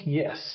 yes